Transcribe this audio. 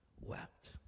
wept